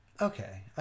okay